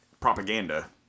propaganda